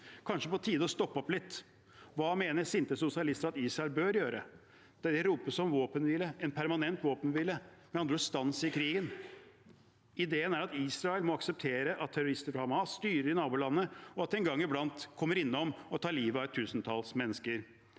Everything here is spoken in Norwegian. kanskje på tide å stoppe opp litt. Hva mener sinte sosialister at Israel bør gjøre? Det ropes om våpenhvile, en permanent våpenhvile – med andre ord en stans i krigen. Ideen er at Israel må akseptere at terrorister fra Hamas styrer i nabolandet, og at de en gang iblant kommer innom og tar livet av et tusentalls mennesker.